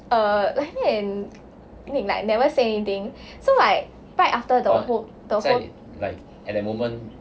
err and you mean like never say anything so like right after the who~ the who~